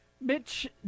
Mitch